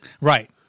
right